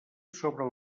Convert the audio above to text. sobre